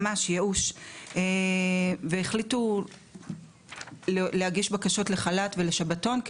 ממש ייאוש והחליטו להגיש בקשות לחל"ת ולשבתון,